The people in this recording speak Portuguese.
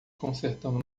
consertando